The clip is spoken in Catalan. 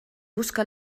busca